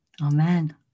amen